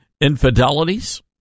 infidelities